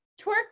twerk